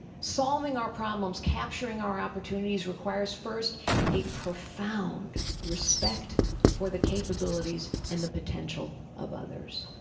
solving our problems, capturing our opportunities requires first a profound respect for the capabilities and the potential of others.